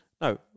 No